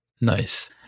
Nice